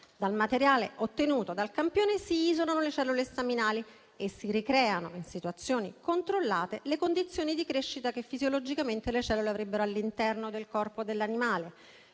Dal materiale ottenuto dal campione si isolano le cellule staminali e si ricreano in situazioni controllate le condizioni di crescita che fisiologicamente le cellule avrebbero all'interno del corpo dell'animale.